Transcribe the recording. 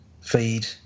feed